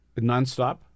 nonstop